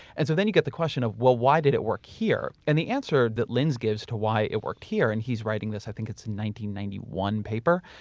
and so, then you get the question of, well, why did it work here? and the answer that linz gives to why it worked here, and he's writing this, i think it's ninety ninety one paper,